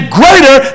greater